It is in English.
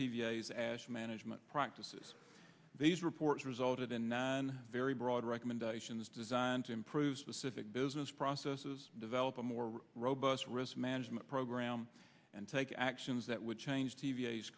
v s ash management practices these report resulted in nine very broad recommendations designed to improve specific business processes develop a more robust risk management program and take actions that would change t